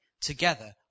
together